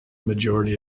majority